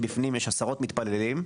בפנים יש עשרות מתפללים.